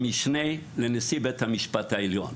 המשנה לנשיא בית המשפט העליון.